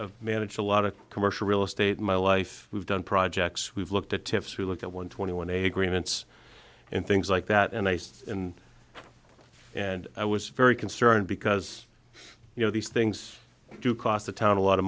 i've managed a lot of commercial real estate in my life we've done projects we've looked at tiffs we looked at one twenty one a agreements and things like that and i just and i was very concerned because you know these things do cost a ton a lot of